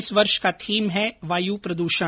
इस वर्ष का थीम है वायु प्रद्षण